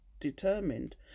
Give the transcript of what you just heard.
determined